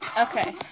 Okay